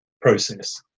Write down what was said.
process